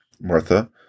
Martha